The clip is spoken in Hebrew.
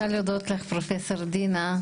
אני רוצה להודות לפרופ' דינה.